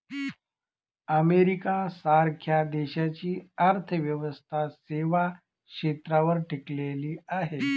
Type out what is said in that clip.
America सारख्या देशाची अर्थव्यवस्था सेवा क्षेत्रावर टिकलेली आहे